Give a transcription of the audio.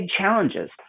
challenges